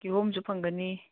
ꯀꯤꯍꯣꯝꯁꯨ ꯐꯪꯒꯅꯤ